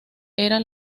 era